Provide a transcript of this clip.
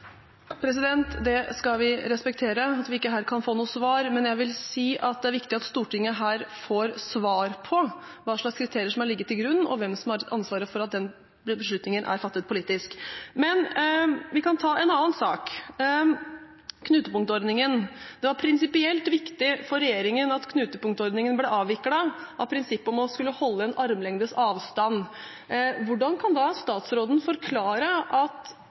skal respektere at vi ikke her kan få noe svar, men jeg vil si at det er viktig at Stortinget får svar på hva slags kriterier som har ligget til grunn, og hvem som har ansvaret for at den beslutningen er fattet politisk. Vi kan ta en annen sak, knutepunktordningen. Det var prinsipielt viktig for regjeringen at knutepunktordningen ble avviklet av prinsipp om å holde en armlengdes avstand. Hvordan kan da statsråden forklare at alle knutepunktfestivalene med unntak av to skulle miste statusen? Hva synes statsråden egentlig om at